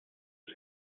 was